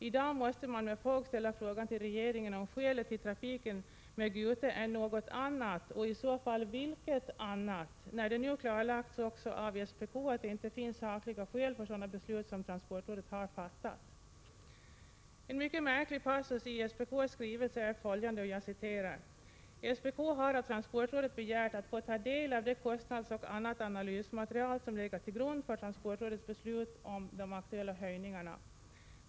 I dag måste man med fog ställa frågan till regeringen om skälet till att använda Gute i trafiken är något annat, och i så fall vilket. Nu har det ju klarlagts av SPK att det inte finns sakliga skäl för sådana beslut som transportrådet har fattat. Det finns en mycket märklig passus i SPK:s skrivelse. Det står att SPK har begärt av transportrådet att få ta del av det kostnadsmaterial och annat analysmaterial som legat till grund för transportrådets beslut om de aktuella höjningarna.